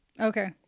Okay